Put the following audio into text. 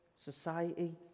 society